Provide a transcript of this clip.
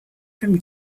from